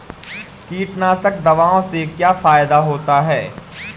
कीटनाशक दवाओं से क्या फायदा होता है?